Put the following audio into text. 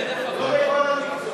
לאיזו פקולטה?